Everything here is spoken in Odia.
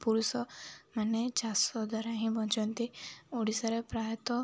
ପୁରୁଷମାନେ ଚାଷ ଦ୍ୱାରା ହିଁ ବଞ୍ଚନ୍ତି ଓଡ଼ିଶାରେ ପ୍ରାୟତଃ